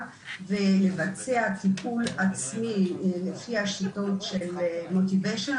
ולבצע טיפול עצמי לפי השיטות של מיזעור